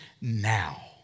now